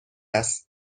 است